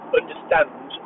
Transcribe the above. understand